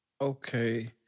Okay